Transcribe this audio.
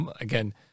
again